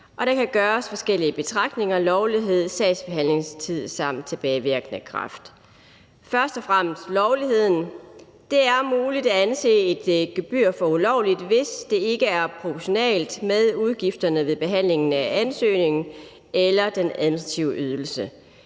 og der kan gøres forskellige betragtninger om lovlighed, sagsbehandlingstid samt tilbagevirkende kraft. Først og fremmest er der lovligheden: Det er muligt at anse et gebyr for ulovligt, hvis det ikke er proportionalt med udgifterne ved behandlingen af ansøgningen eller den ansøgte ydelse.